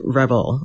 rebel